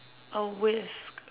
a whisk